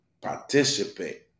participate